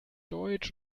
deutsch